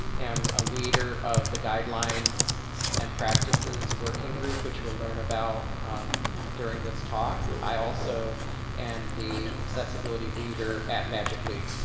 am a leader of the guidelines and practices working group, which we'll learn about during this talk. i also am the accessibility leader at magic leap.